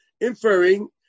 Inferring